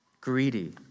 greedy